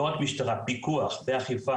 לא רק משטרה פיקוח ואכיפה,